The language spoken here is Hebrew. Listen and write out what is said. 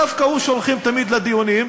דווקא אותו שולחים תמיד לדיונים.